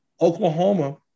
Oklahoma